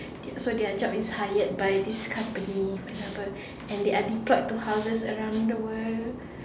their so their job is hired by these company for example and they are deployed to houses around the world